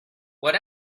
what